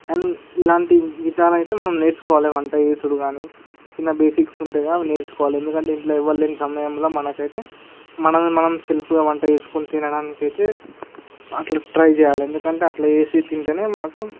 and ఇలాంటి విధాలు అయితే మనం నేర్చుకోవాలి వంట చేయడం కానీ చిన్న బేసిక్స్ ఉంటాయి కదా అవి నేర్చుకోవాలి ఎందుకంటే ఇంట్లో ఎవరు లేని సమయంలో మనకు అయితే మనలని మనం సెల్ఫ్గా వంట చేసుకొని తినడానికి అయితే అట్లా ట్రై చేయాలి ఎందుకంటే అట్లా చేసి తింటేనే మనకు